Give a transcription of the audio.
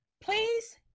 Please